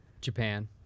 japan